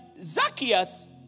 Zacchaeus